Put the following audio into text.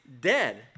dead